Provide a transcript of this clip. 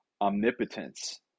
omnipotence